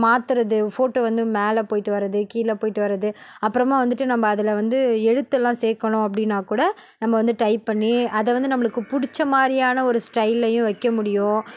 மாற்றுறது ஃபோட்டோ வந்து மேலே போய்விட்டு வர்றது கீழே போய்விட்டு வர்றது அப்புறமா வந்துட்டு நம்ம அதில் வந்து எழுத்தெல்லாம் சேர்க்கணும் அப்படின்னாக் கூட நம்ம வந்து டைப் பண்ணி அதை வந்து நம்மளுக்கு பிடிச்ச மாதிரியான ஒரு ஸ்டைல்லேயும் வைக்க முடியும்